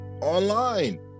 online